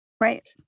Right